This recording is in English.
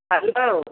hello